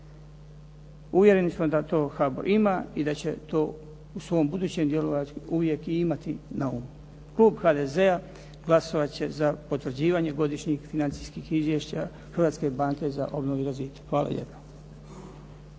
Uvjereni smo da to HABOR ima i da će to u svom budućem djelu uvijek i imati na umu. Klub HDZ-a glasovati će za potvrđivanje godišnjih financijskih izvješća Hrvatske banke za obnovu i razvitak. Hvala lijepa.